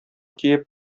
киеп